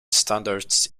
standards